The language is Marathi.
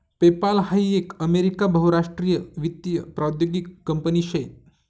पेपाल हाई एक अमेरिका बहुराष्ट्रीय वित्तीय प्रौद्योगीक कंपनी शे